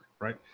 Right